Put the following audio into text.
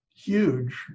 huge